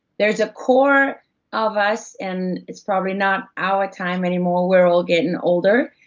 there's a core of us, and it's probably not our time anymore, we're all getting older,